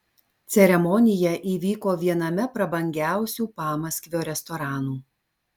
ceremonija įvyko viename prabangiausių pamaskvio restoranų